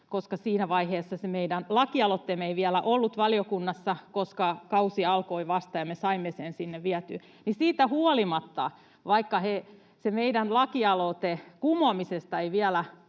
koska siinä vaiheessa se meidän lakialoitteemme ei vielä ollut valiokunnassa, koska kausi alkoi vasta ja me saimme sitten sen sinne vietyä. Siitä huolimatta, vaikka kumoamisesta